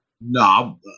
No